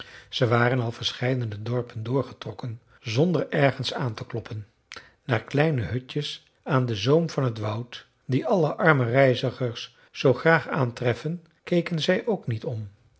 ze waren al verscheiden dorpen doorgetrokken zonder ergens aan te kloppen naar kleine hutjes aan den zoom van het woud die alle arme reizigers zoo graag aantreffen keken zij ook niet om